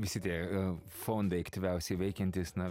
visi tie fondai aktyviausiai veikiantys na